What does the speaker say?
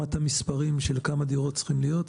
לרמת המספרים של כמה דירות צריכים להיות,